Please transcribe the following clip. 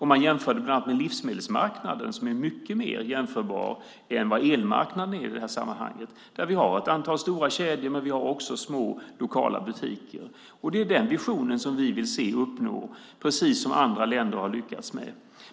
Man jämförde bland annat med livsmedelsmarknaden som är mycket mer jämförbar än vad elmarknaden är i det här sammanhanget. Vi har ett antal stora kedjor, men vi har också små lokala butiker. Det är den visionen som vi vill se och uppnå, precis som andra länder har lyckats med.